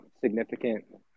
significant